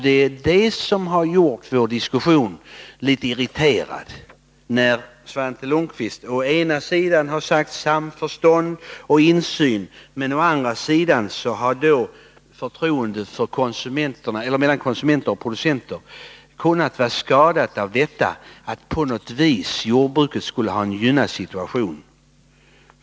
Det är det som har gjort vår diskussion litet irriterad: Svante Lundkvist har å ena sidan talat om samförstånd och insyn, men å andra sidan har han antytt att förtroendet mellan konsumenter och producenter skulle ha kunnat vara skadat av att jordbruket på något vis skulle ha haft en gynnad situation.